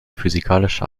physikalische